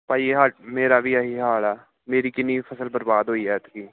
ਭਾਅ ਜੀ ਹਾਲ ਮੇਰਾ ਵੀ ਇਹ ਹੀ ਹਾਲ ਆ ਮੇਰੀ ਕਿੰਨੀ ਫਸਲ ਬਰਬਾਦ ਹੋਈ ਐਤਕੀ